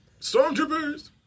Stormtroopers